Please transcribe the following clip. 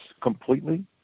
completely